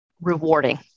rewarding